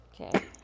Okay